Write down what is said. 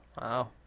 Wow